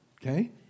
okay